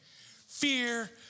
fear